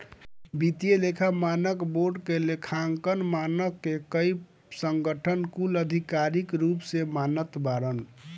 वित्तीय लेखा मानक बोर्ड के लेखांकन मानक के कई संगठन कुल आधिकारिक रूप से मानत बाटन